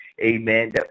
amen